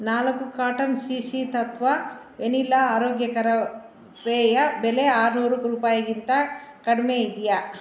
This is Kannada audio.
ನಾಲ್ಕು ಕಾರ್ಟನ್ ಶಿ ಶಿ ತತ್ತ್ವ ವೆನಿಲಾ ಆರೋಗ್ಯಕರ ಪೇಯ ಬೆಲೆ ಆರುನೂರು ರೂಪಾಯಿಗಿಂತ ಕಡಿಮೆ ಇದೆಯಾ